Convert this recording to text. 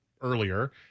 earlier